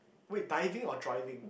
wait diving or driving